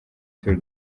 tour